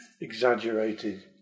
exaggerated